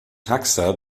taxa